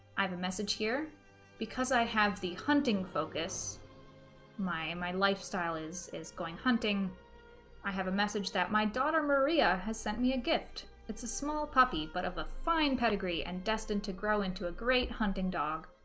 i have a message here because i have the hunting focus my my lifestyle is is going hunting i have a message that my daughter maria has sent me a gift it's a small puppy but of a fine pedigree and destined to grow into a great hunting dog